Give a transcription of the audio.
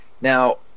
now